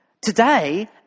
today